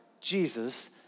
Jesus